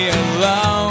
alone